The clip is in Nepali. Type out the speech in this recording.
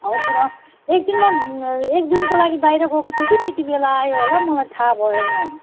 हजुर अँ एक दिन म एक दिनको लागि बाहिर गएको थिएँ कि त्यति बेला आयो होला मलाई थाहा भएन